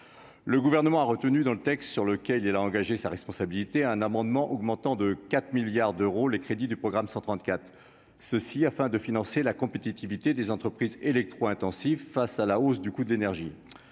le gouvernement a retenu dans le texte sur lequel elle a engagé sa responsabilité un amendement augmentant de 4 milliards d'euros, les crédits du programme 134, ceci afin de financer la compétitivité des entreprises électro-intensifs, face à la hausse du coût de l'énergie,